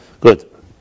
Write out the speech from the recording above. Good